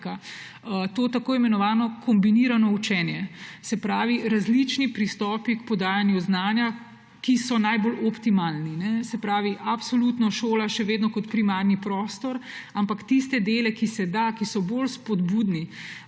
tako imenovano kombinirano učenje. Se pravi različni pristopi k podajanju znanja, ki so najbolj optimalni. Se pravi absolutno šola še vedno kot primarni prostor, ampak tiste dele, ki se da, ki so bolj spodbudni